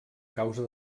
causa